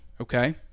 Okay